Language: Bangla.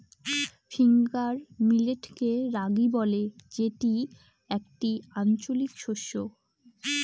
ফিঙ্গার মিলেটকে রাগি বলে যেটি একটি আঞ্চলিক শস্য